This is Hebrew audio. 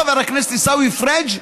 חבר הכנסת עיסאווי פריג',